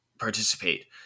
Participate